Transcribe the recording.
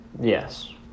Yes